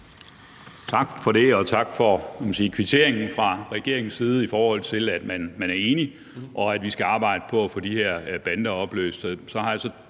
Tak for det, og tak for regeringens kvittering og for, at man er enig, og at vi skal arbejde på at få de her bander opløst.